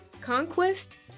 conquest